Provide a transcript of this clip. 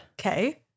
Okay